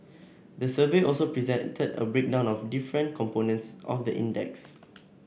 the survey also presented a breakdown of different components of the index